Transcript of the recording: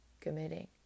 Committing